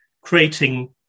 creating